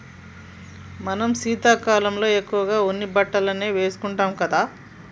మనం శీతాకాలం ఎక్కువగా ఉన్ని బట్టలనే వేసుకుంటాం కదా